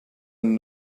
and